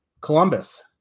Columbus